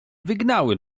wygnały